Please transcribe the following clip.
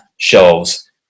shelves